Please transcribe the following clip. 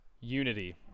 unity